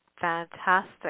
Fantastic